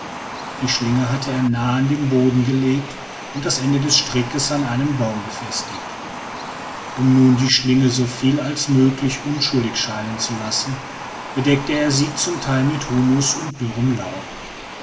die schlinge hatte er nahe an den boden gelegt und das ende des strickes an einem baum befestigt um nun die schlinge so viel als möglich unschuldig scheinen zu lassen bedeckte er sie zum teil mit humus und dürrem laub